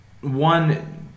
One